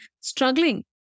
struggling